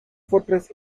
fortress